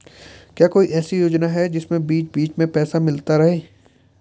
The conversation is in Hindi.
क्या कोई ऐसी योजना है जिसमें बीच बीच में पैसा मिलता रहे?